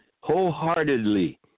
Wholeheartedly